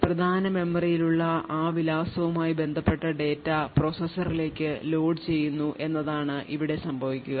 പ്രധാന മെമ്മറിയിലുള്ള ആ വിലാസവുമായി ബന്ധപ്പെട്ട ഡാറ്റ പ്രോസസറിലേക്ക് ലോഡുചെയ്യുന്നു എന്നതാണ് ഇവിടെ സംഭവിക്കുക